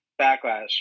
backlash